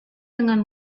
dengan